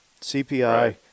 CPI